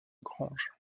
grange